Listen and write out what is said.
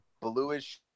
bluish